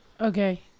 okay